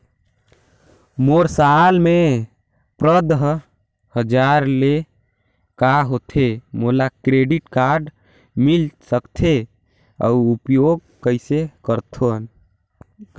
मोर साल मे पंद्रह हजार ले काम होथे मोला क्रेडिट कारड मिल सकथे? अउ उपयोग कइसे करथे?